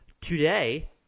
Today